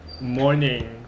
morning